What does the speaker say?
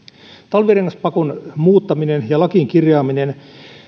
talvirengaspakon muuttaminen ja lakiin kirjaaminen